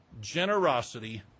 Generosity